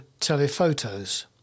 telephotos